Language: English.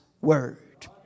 word